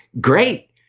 great